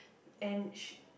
and she